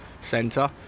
Centre